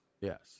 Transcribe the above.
Yes